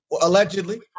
Allegedly